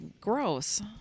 gross